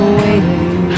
waiting